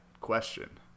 question